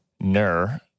Ner